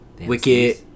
Wicked